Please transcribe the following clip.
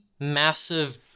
massive